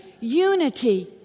unity